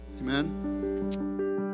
Amen